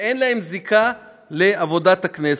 שאין להם זיקה לעבודת הכנסת.